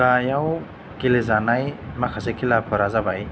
गाहाइयाव गेलेजानाय माखासे खेलाफोरा जाबाय